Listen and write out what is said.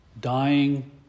dying